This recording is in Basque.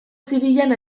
zibilean